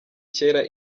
kera